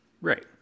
Right